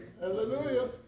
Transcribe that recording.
Hallelujah